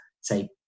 say